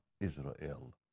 Israel